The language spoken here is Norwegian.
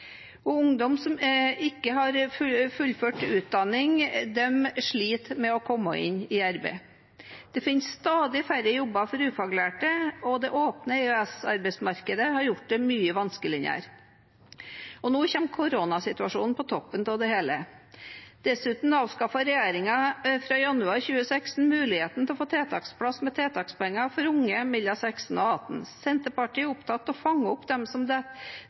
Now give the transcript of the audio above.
Ungdom som ikke har fullført utdanning, sliter med å komme inn i arbeid. Det finnes stadig færre jobber for ufaglærte, og det åpne EØS-arbeidsmarkedet har gjort det mye vanskeligere. Nå kommer koronasituasjonen på toppen av det hele. Dessuten avskaffet regjeringen fra januar 2016 muligheten til å få tiltaksplass med tiltakspenger for unge mellom 16 og 18 år. Senterpartiet er opptatt av å fange opp dem som